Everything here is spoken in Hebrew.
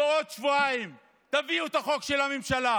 בעוד שבועיים, תביאו את החוק של הממשלה,